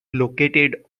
located